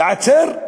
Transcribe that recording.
ייעצר?